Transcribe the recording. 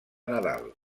nadal